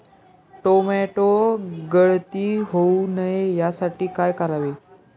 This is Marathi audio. टोमॅटो गळती होऊ नये यासाठी काय करावे?